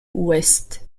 ouest